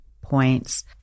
points